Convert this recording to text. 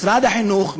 משרד החינוך,